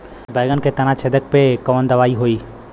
बैगन के तना छेदक कियेपे कवन दवाई होई?